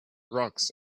rocks